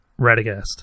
Radagast